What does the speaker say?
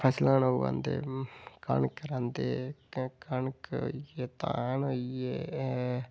फसलां न उगांदे कनक रांह्दे कनक होई गेई धान होई गे एह्